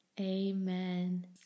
amen